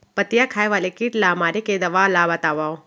पत्तियां खाए वाले किट ला मारे के दवा ला बतावव?